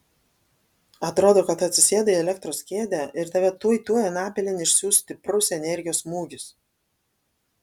atrodo kad atsisėdai į elektros kėdę ir tave tuoj tuoj anapilin išsiųs stiprus energijos smūgis